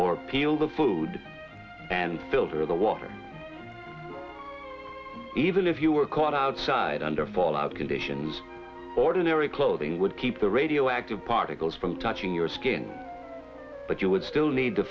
or peel the food and filter the water even if you were caught outside under fallout conditions ordinary clothing would keep the radioactive particles from touching your skin but you would still need to